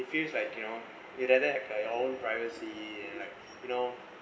it feels like you know you'd rather have your own privacy like you know